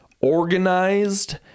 organized